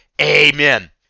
Amen